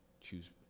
choose